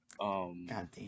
Goddamn